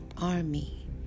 army